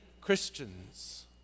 Christians